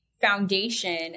foundation